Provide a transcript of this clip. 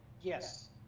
yes